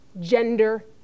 gender